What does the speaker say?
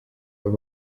aba